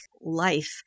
life